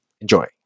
Enjoy